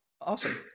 awesome